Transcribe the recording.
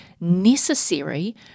necessary